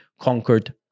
conquered